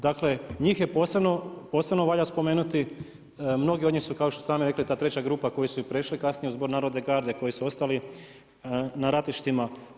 Dakle, njih posebno valja spomenuti, mnogi od njih su kao što ste sami rekli, ta treća grupa koju su prešli kasnije u zbor narodne garde, koji su ostali na ratištima.